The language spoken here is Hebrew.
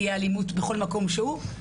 תהיה אלימות בכל מקום שהוא,